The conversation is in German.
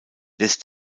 lässt